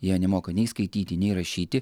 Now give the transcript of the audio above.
jie nemoka nei skaityti nei rašyti